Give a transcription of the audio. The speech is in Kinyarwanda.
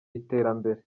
iterambere